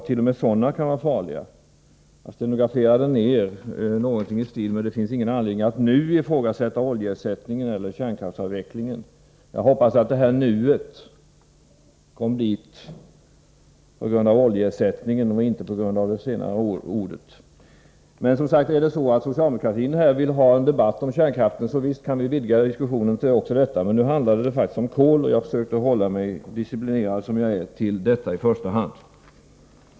T. o. m. sådana kan vara farliga. Jag stenograferade ner något i stil med följande: ”Det finns ingen anledning att nu ifrågasätta oljeersättningen eller kärnkraftsavvecklingen.” Jag hoppas att nu kom dit med tanke på oljeersättningen och inte med tanke på det senare ordet. Men är det så att socialdemokratin här vill ha en debatt om kärnkraften, så visst kan vi vidga diskussionen till att omfatta också den. Men nu handlar det faktiskt om kol, och jag försökte hålla mig, disciplinerad som jag är, till detta i första hand.